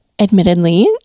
Admittedly